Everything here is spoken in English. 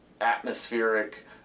atmospheric